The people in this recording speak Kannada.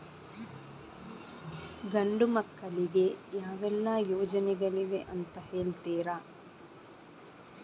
ಗಂಡು ಮಕ್ಕಳಿಗೆ ಯಾವೆಲ್ಲಾ ಯೋಜನೆಗಳಿವೆ ಅಂತ ಹೇಳ್ತೀರಾ?